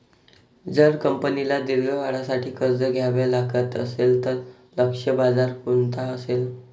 जर कंपनीला दीर्घ काळासाठी कर्ज घ्यावे लागत असेल, तर लक्ष्य बाजार कोणता असेल?